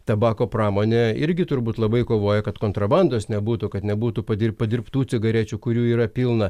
tabako pramonė irgi turbūt labai kovoja kad kontrabandos nebūtų kad nebūtų padirb padirbtų cigarečių kurių yra pilna